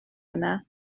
yna